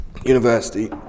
University